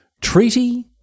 Treaty